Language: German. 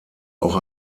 auch